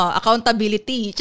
accountability